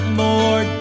more